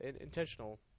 intentional